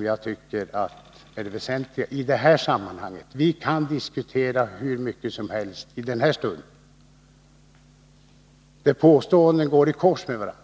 detta som är det väsentliga i sammanhanget. Vi kan diskutera hur mycket som helst här, men påståendena går i kors med varandra.